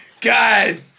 God